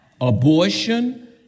Abortion